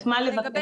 את מה לציין?